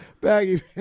baggy